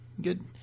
good